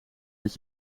dit